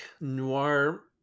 noir